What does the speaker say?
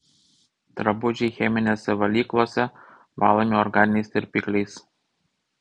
drabužiai cheminėse valyklose valomi organiniais tirpikliais